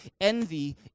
Envy